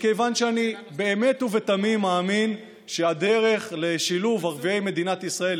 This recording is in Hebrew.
מכיוון שאני באמת ובתמים מאמין שהדרך לשילוב ערביי מדינת ישראל,